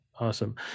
Awesome